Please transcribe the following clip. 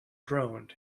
droned